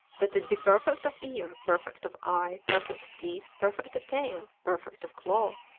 that it be perfect of ear, perfect of eye, perfect of teeth, perfect of tail, perfect of claw,